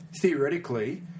theoretically